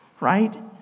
right